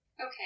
Okay